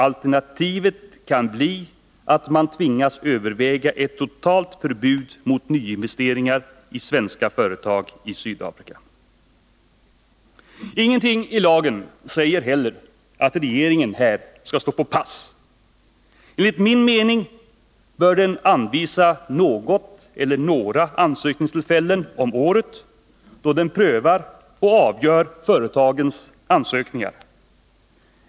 Alternativet kan bli att man tvingas överväga ett totalt förbud mot nyinvesteringar i svenska företag i Sydafrika. Ingenting ilagen säger heller att regeringen här skall stå på pass. Enligt min mening bör den anvisa något eller några ansökningstillfällen om året, då den prövar — och avgör — företagens ansökningar.